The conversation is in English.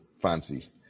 fancy